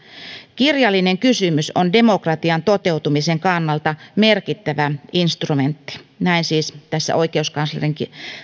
kirjallinen kysymys on demokratian toteutumisen kannalta merkittävä instrumentti näin siis tässä oikeuskanslerin